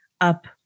up